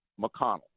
mcconnell